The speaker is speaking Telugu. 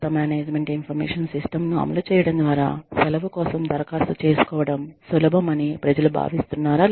కొత్త మేనేజ్మెంట్ ఇన్ఫర్మేషన్ సిస్టమ్ ను అమలు చేయడం ద్వారా సెలవు కోసం దరఖాస్తు చేసుకోవడం సులభం అని ప్రజలు భావిస్తున్నారా